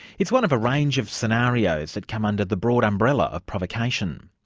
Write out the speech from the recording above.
it's one of a range of scenarios that come under the broad umbrella of provocation.